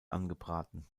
angebraten